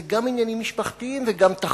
זה גם עניינים משפחתיים וגם תחבורה.